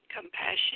compassion